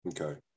Okay